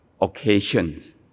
occasions